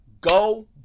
go